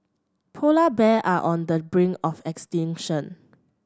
polar bears are on the brink of extinction